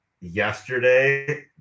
yesterday